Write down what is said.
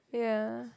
yeah